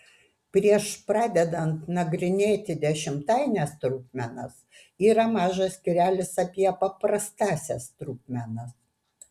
prieš pradedant nagrinėti dešimtaines trupmenas yra mažas skyrelis apie paprastąsias trupmenas